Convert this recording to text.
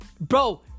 bro